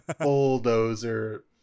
bulldozer